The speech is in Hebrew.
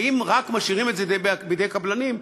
ואם רק משאירים את זה בידי קבלנים,